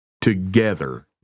together